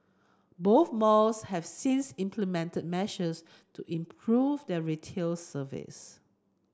both malls have since implemented measures to improve their retail service